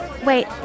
Wait